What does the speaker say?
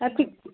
আর ঠিক